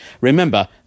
Remember